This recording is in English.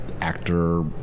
actor